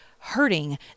Hurting